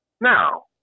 Now